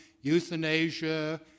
euthanasia